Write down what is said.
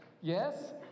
Yes